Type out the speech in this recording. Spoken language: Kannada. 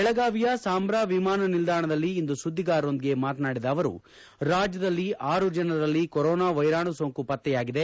ಬೆಳಗಾವಿಯ ಸಾಂಬ್ರಾ ವಿಮಾನ ನಿಲ್ದಾಣದಲ್ಲಿ ಇಂದು ಸುದ್ದಿಗಾರರೊಂದಿಗೆ ಮಾತನಾಡಿದ ಅವರು ರಾಜ್ಯದಲ್ಲಿ ಆರು ಜನರಲ್ಲಿ ಕೊರೋನಾ ವೈರಾಣು ಸೋಂಕು ಪತ್ತೆಯಾಗಿದೆ